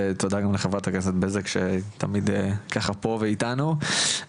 ותודה לחברת הכנסת בזק שתמיד ככה פה ואיתנו,